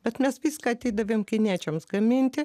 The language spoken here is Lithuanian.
bet mes viską atidavėm kiniečiams gaminti